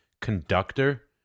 conductor